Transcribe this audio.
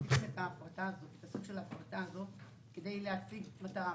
עשיתם את ההפרטה הזאת כדי להשיג מטרה.